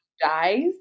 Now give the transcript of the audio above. dies